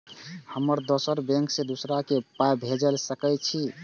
हम दोसर बैंक से दोसरा के पाय भेज सके छी?